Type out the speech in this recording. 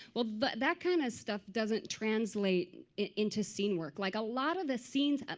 well, but that kind of stuff doesn't translate into scene work. like a lot of the scenes,